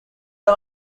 are